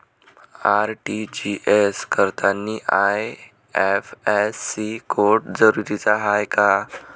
RTGS करतांनी IFSC code जरुरीचा हाय का?